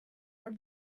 are